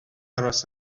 aros